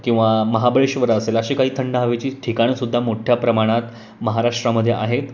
किंवा महाबळेश्वर असेल असे काही थंड हवेची ठिकाणं सुद्धा मोठ्या प्रमाणात महाराष्ट्रामध्ये आहेत